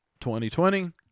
2020